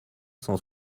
cent